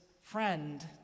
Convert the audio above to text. friend